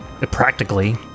Practically